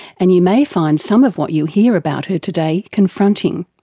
and you may find some of what you hear about her today confronting,